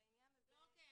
אוקי,